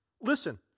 Listen